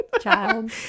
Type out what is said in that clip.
child